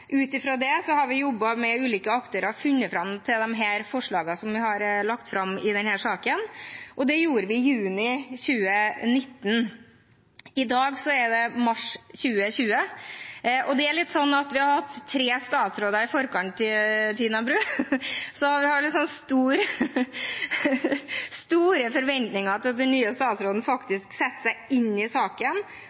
Ut fra det har vi jobbet med ulike aktører og funnet fram til disse forslagene som vi har lagt fram i denne saken, og det gjorde vi i juni 2019. I dag er det mars 2020. Vi har hatt tre statsråder i forkant av Tina Bru, så vi har store forventninger til at den nye statsråden faktisk setter seg inn i saken,